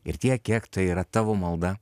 ir tiek kiek tai yra tavo malda